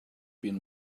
been